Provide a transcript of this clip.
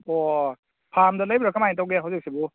ꯑꯣ ꯐꯥꯝꯗ ꯂꯩꯕ꯭ꯔꯥ ꯀꯃꯥꯏꯅ ꯇꯧꯒꯦ ꯍꯧꯖꯤꯛꯁꯤꯕꯨ